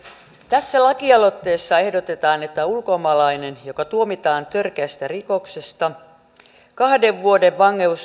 tässä lakialoitteessa ehdotetaan että ulkomaalainen joka tuomitaan törkeästä rikoksesta kahden vuoden